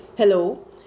Hello